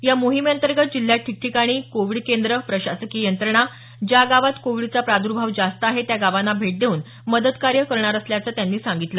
या मोहिमेअंतर्गत जिल्ह्यात ठिकठिकाणी कोविड केंद्र प्रशासकीय यंत्रणा ज्या गावात कोविडचा प्रादुर्भाव जास्त आहे त्या गावांना भेट देऊन मदत कार्य करणार असल्याचं त्यांनी सांगितलं